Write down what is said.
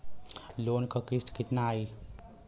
Loan क किस्त कितना आई?